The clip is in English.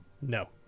No